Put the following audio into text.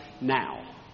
now